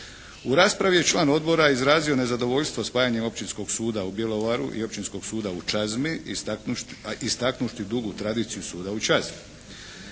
U raspravi je član Odbora izrazio nezadovoljstvo spajanjem Općinskog suda u Bjelovaru i Općinskog suda u Čazmi istaknuvši dugu tradiciju suda u Čazmi.